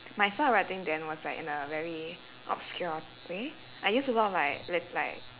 my style of writing then was like in a very obscure way I used a lot of like le~ like